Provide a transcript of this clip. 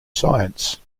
science